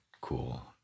cool